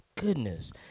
goodness